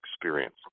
experience